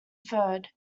third